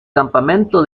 campamento